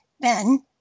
Ben